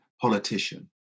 politician